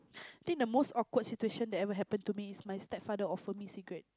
I think the most awkward situation that ever happen to me is my stepfather offer me cigarette